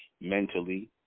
mentally